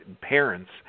parents